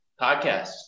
podcast